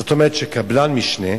זאת אומרת שקבלן משנה,